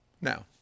now